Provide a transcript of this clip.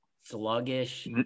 sluggish